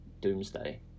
Doomsday